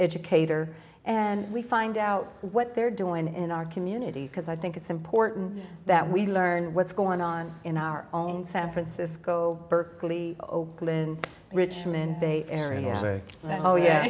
educator and we find out what they're doing in our community because i think it's important that we learn what's going on in our own san francisco berkeley richmond area say oh yeah